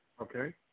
Okay